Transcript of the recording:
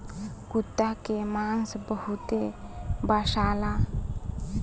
कुता के मांस बहुते बासाला